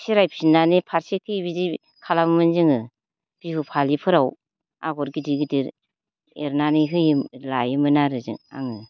फिरायफिन्नानै फारसेखि बिदि खालामोमोन जोङो बिहु फालिफोराव आगर गिदिर गिदिर एरनानै होयोमोन लायोमोन आरो जों आङो